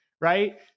Right